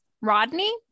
Rodney